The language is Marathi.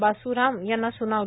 बास् राम यांना सुनावली